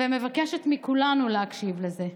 ומבקשת מכולנו להקשיב לזה: